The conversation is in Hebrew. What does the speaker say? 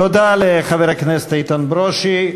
תודה לחבר הכנסת איתן ברושי.